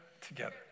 together